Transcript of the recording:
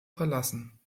verlassen